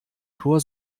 tor